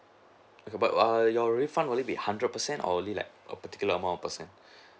but err your refund will it be hundred percent or only like a particular amount of percent